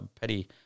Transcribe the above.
Petty